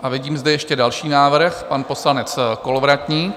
A vidím zde ještě další návrh, pan poslanec Kolovratník.